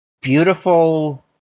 beautiful